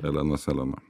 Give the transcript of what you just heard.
elena selena